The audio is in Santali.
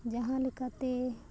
ᱡᱟᱦᱟᱸ ᱞᱮᱠᱟᱛᱮ